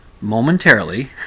momentarily